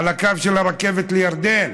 את הקו של הרכבת לירדן?